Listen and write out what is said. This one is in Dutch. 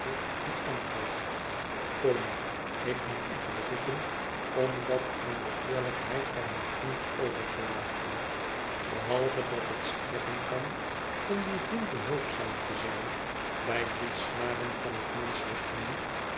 en antwoordt tony ik moet u verzoeken om dat aan de eerlijkheid van uw vriend over te laten behalve dat het strekken kan om dien vi'iend behulpzaam te zijn bij die snaren van het menschelijk gemoed